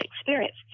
experience